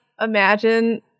imagine